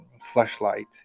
flashlight